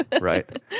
right